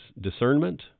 discernment